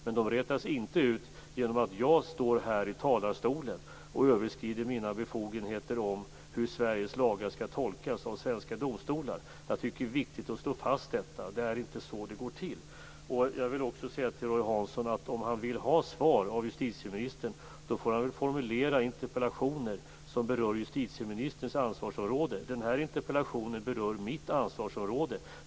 Men de rätas inte ut genom att jag står här i talarstolen och överskrider mina befogenheter när det gäller hur Sveriges lagar skall tolkas av svenska domstolar. Jag tycker att det är viktigt att slå fast detta. Det är inte så det går till. Jag vill också säga till Roy Hansson att om han vill ha svar av justitieministern får han formulera interpellationer som berör justitieministerns ansvarsområde. Den här interpellationen berör mitt ansvarsområde.